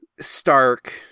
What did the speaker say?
stark